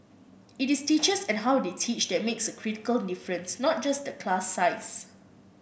it is teachers and how they teach that makes a critical difference not just the class size